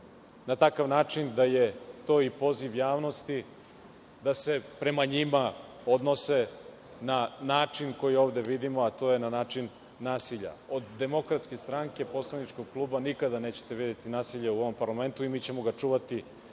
na takav način da je to i poziv javnosti da se prema njima odnose na način koji ovde vidimo, a to je na način nasilja. Od DS, poslaničkog kluba nikada nećete videti nasilje u ovom parlamentu i mi ćemo ga čuvati